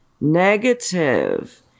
negative